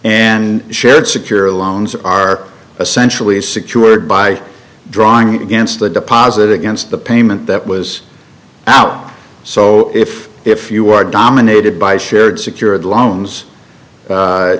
and shared secure loans are essentially secured by drawing against the deposit against the payment that was out so if if you are dominated by shared secured loans